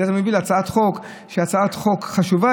זה מביא להצעת חוק שהייתה הצעת חוק חשובה,